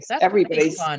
everybody's